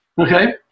Okay